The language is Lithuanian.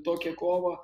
tokią kovą